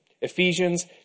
ephesians